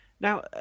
Now